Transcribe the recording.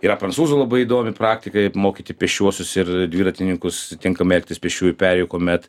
yra prancūzų labai įdomi praktika mokyti pėsčiuosius ir dviratininkus tinkamai elgtis pėsčiųjų perėjoj kuomet